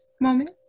moment